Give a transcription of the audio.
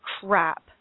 crap